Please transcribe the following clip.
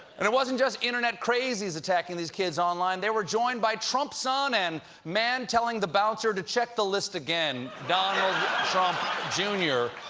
and it wasn't just internet crazies attacking these kids online. they were joined by trump son and man telling the bouncer to check the list again, donald trump jr,